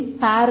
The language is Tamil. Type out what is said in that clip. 2